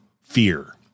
fear